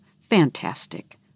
Fantastic